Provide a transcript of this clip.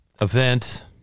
event